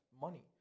money